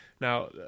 Now